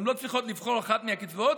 הן לא צריכות לבחור אחת מהקצבאות,